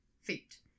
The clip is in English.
feet